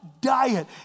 diet